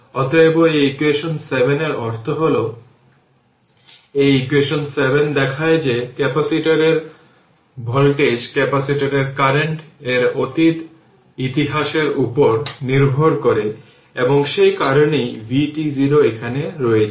অতএব এই ইকুয়েশন 7 এর অর্থ হল এই ইকুয়েশন 7 দেখায় যে ক্যাপাসিটরের ভোল্টেজ ক্যাপাসিটরের কারেন্ট এর অতীত ইতিহাসের উপর নির্ভর করে এবং সেই কারণেই vt0 এখানে রয়েছে